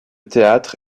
théâtre